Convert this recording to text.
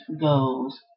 goes